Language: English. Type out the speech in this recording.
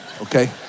Okay